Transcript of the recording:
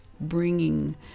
bringing